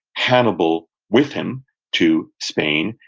hannibal, with him to spain,